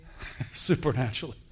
Supernaturally